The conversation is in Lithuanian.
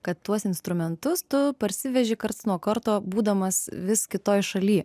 kad tuos instrumentus tu parsiveži karts nuo karto būdamas vis kitoj šaly